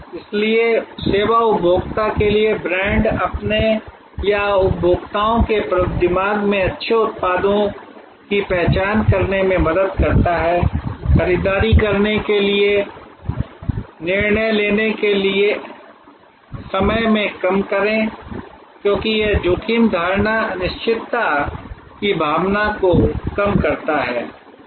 इसलिए सेवा उपभोक्ता के लिए ब्रांड अपने या उपभोक्ताओं के दिमाग में अच्छे उत्पादों की पहचान करने में मदद करता है खरीदारी करने के लिए निर्णय लेने के समय को कम करें क्योंकि यह जोखिम धारणा अनिश्चितता की भावना को कम करता है